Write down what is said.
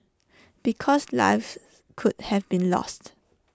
because lives could have been lost